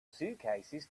suitcases